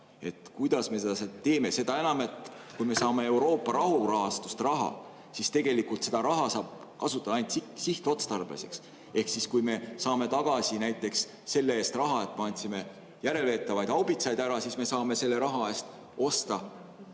Kuidas me seda teeme? Seda enam, et kui me saame Euroopa rahurahastust raha, siis tegelikult seda raha saab kasutada ainult sihtotstarbeliselt. Ehk kui me saame selle eest, et me andsime järelveetavaid haubitsaid ära, näiteks raha, siis me saame selle raha eest osta